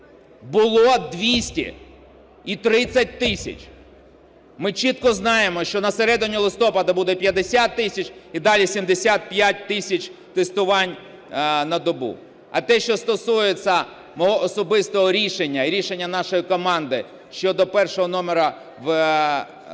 Було 200. І 30 тисяч. Ми чітко знаємо що на середину листопада буде 50 тисяч, і далі 75 тисяч тестувань на добу. А те, що стосується мого особистого рішення і рішення нашої команди щодо першого номера в списку,